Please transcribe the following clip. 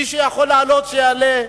מי שיכול לעלות, שיעלה.